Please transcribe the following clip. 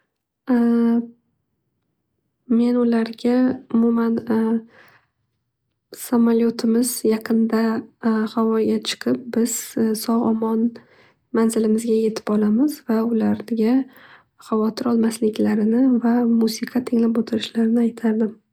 Men ularga umuman samoyotimiz yaqinda havoga chiqib biz sog' omon manzilimizga yetib olamiz va ularga havotir olasliklarini va musiqa tinglab o'tirishlarini aytardim.